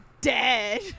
dead